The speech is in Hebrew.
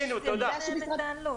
זה סכום קטן.